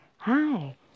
Hi